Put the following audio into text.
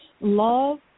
Love